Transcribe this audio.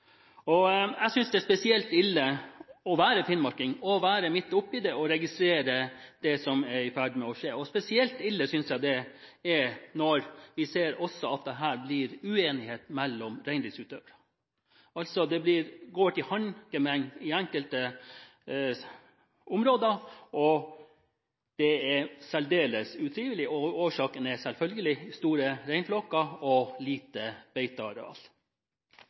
Jeg synes det er ille å være finnmarking og være midt oppi det og registrere det som er i ferd med å skje. Spesielt ille synes jeg det er når vi også ser at det her blir uenighet mellom reindriftsutøverne. Det går til håndgemeng i enkelte områder, og det er særdeles utrivelig. Årsaken er selvfølgelig store reinflokker og lite beiteareal.